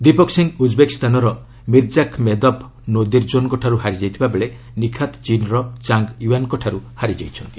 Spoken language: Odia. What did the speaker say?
ଦୀପକ ସିଂହ ଉଜ୍ବେକିସ୍ତାନର ମିର୍ଜାଖ୍ମେଦବ୍ ନୋଦିର୍ଜୋନ୍ଙ୍କଠାରୁ ହାରିଯାଇଥିବା ବେଳେ ନିଖାତ୍ ଚୀନ୍ର ଚାଙ୍ଗ୍ ୟୁଆନ୍ଙ୍କଠାରୁ ହାରିଯାଇଛନ୍ତି